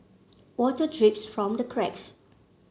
water drips from the cracks